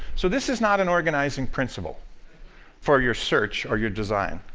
so this is not an organizing principle for your search or your design.